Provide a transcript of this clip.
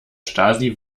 stasi